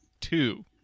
Two